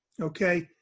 okay